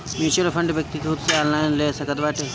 mutual fund व्यक्ति खुद से ऑनलाइन ले सकत बाटे